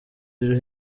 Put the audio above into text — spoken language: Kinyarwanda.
iri